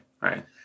Right